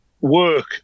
work